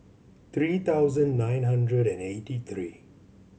three thousand nine hundred and eighty three